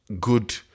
good